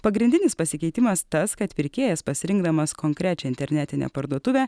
pagrindinis pasikeitimas tas kad pirkėjas pasirinkdamas konkrečią internetinę parduotuvę